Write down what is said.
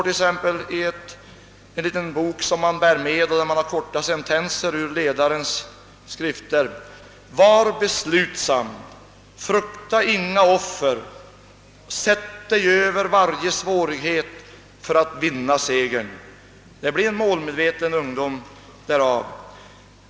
I en liten bok som man bär på sig med korta sentenser ur ledarens skrifter står bl.a. följande: »Var beslutsam, frukta inga offer, sätt dig över varje svårighet för att vinna segern!» Det blir en målmedveten ungdom av sådant.